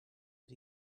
but